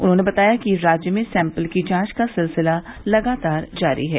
उन्होंने बताया कि राज्य में सैम्पिल की जांच का सिलसिला लगातार जारी है